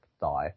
die